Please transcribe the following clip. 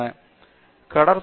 பேராசிரியர் பிரதாப் ஹரிதாஸ் சரி